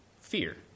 fear